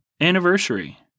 anniversary